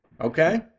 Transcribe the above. Okay